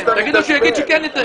תגיד לו שיגיד שהוא כן יתאם.